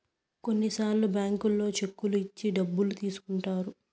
కొన్నిసార్లు బ్యాంకుల్లో చెక్కులు ఇచ్చి డబ్బులు తీసుకుంటారు